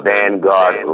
Vanguard